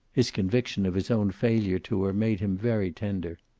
his conviction of his own failure to her made him very tender.